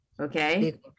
Okay